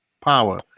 power